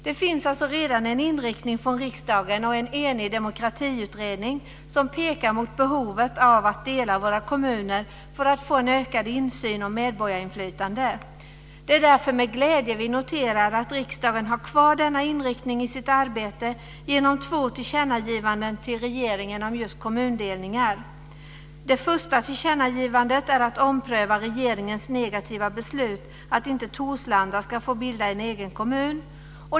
Det finns alltså redan från riksdagen och från en enig demokratiutredning en inriktning mot behovet av att dela våra kommuner för att få ökad insyn och medborgarinflytande. Därför noterar vi med glädje att riksdagen genom två tillkännagivanden till regeringen om just kommundelningar har kvar denna inriktning i sitt arbete. Det första tillkännagivandet handlar om att ompröva regeringens negativa beslut om att Torslanda inte ska få bilda en egen kommun.